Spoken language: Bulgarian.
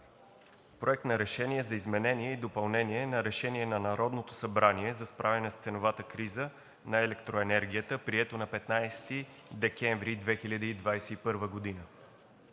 „Проект! РЕШЕНИЕ за изменение и допълнение на Решение на Народното събрание за справяне с ценовата криза на електроенергията, прието на 15 декември 2021 г.